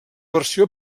versió